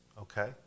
okay